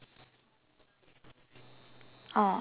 oh